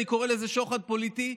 אני קורא לזה שוחד פוליטי,